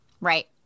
Right